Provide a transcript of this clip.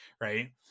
right